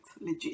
legit